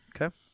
okay